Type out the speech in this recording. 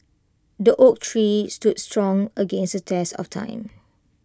the oak tree stood strong against the test of time